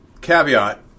Caveat